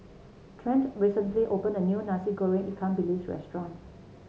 Trent recently opened a new Nasi Goreng Ikan Bilis restaurant